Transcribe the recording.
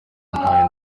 ntayo